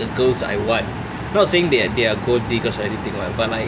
the girls I want not saying they're they're gold-diggers or anything but like